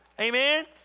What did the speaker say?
Amen